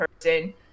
person